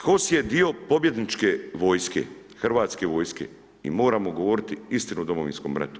HOS je dio pobjedničke vojske, Hrvatske vojske i moramo govoriti istinu o Domovinskom ratu.